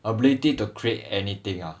ability to create anything ah